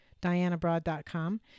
dianabroad.com